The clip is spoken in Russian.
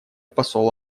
посол